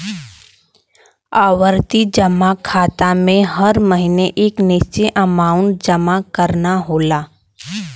आवर्ती जमा खाता में हर महीने एक निश्चित अमांउट जमा करना होला